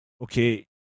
Okay